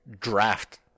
draft